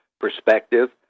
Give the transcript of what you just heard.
perspective